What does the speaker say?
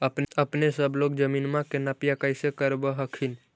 अपने सब लोग जमीनमा के नपीया कैसे करब हखिन?